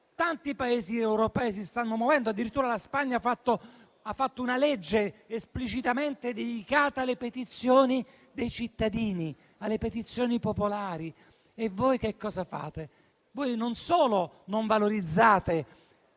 tanti Paesi europei si stanno muovendo e addirittura la Spagna ha approvato una legge esplicitamente dedicata alle petizioni dei cittadini, alle petizioni popolari. E voi che cosa fate? Non solo non valorizzate